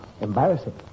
embarrassing